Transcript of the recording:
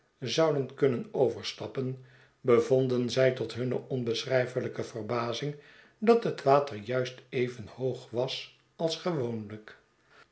zouden kunnen overstappen bevonden zij tot hunne onbeschrijfelijke verbazing dat het water juist even hoog was als gewoonlijk